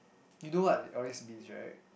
you know what it always means right